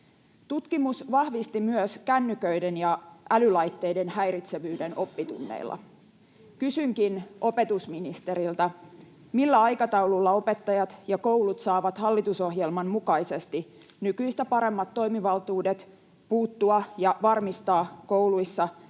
Tutkimus vahvisti myös kännyköiden ja älylaitteiden häiritsevyyden oppitunneilla. Kysynkin opetusministeriltä: millä aikataululla opettajat ja koulut saavat hallitusohjelman mukaisesti nykyistä paremmat toimivaltuudet puuttua niihin, varmistaa kouluissa